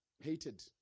hated